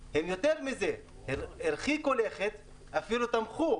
תוך כדי קמפיין שממומן על ידי טייקונים ואינטרסנטים ואנשים שיש